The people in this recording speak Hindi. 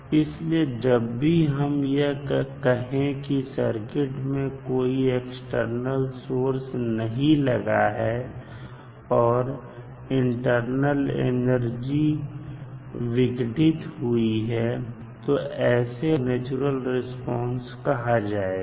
इसलिए जब भी हम यह कहें की सर्किट में कोई एक्सटर्नल सोर्स नहीं लगा है और इंटरनल एनर्जी विघटित हुई है तो ऐसे रिस्पांस को नेचुरल रिस्पांस कहा जाएगा